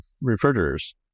refrigerators